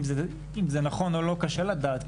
אם זה נכון או לא קשה לדעת.